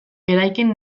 eraikin